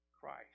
Christ